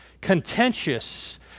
contentious